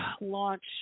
launch